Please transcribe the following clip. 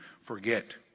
forget